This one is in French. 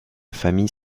famille